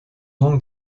donc